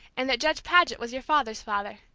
and that judge paget was your father's father.